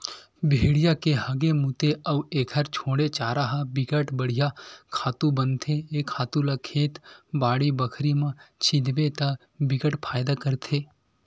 भेड़िया के हागे, मूते अउ एखर छोड़े चारा ह बिकट बड़िहा खातू बनथे ए खातू ल खेत, बाड़ी बखरी म छितबे त बिकट फायदा करथे